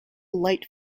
light